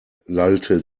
lallte